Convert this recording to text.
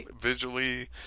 visually